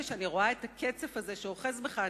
כשאני רואה את הקצף הזה שאוחז בך,